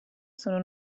sono